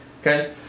okay